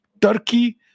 Turkey